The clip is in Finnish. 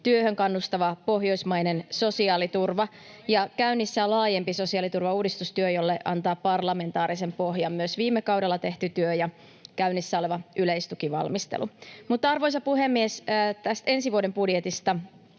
työhön kannustava pohjoismainen sosiaaliturva. [Krista Kiurun välihuuto] Käynnissä on laajempi sosiaaliturvauudistustyö, jolle antavat parlamentaarisen pohjan myös viime kaudella tehty työ ja käynnissä oleva yleistukivalmistelu. Mutta, arvoisa puhemies, tästä ensi vuoden budjetista: